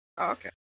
Okay